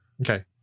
Okay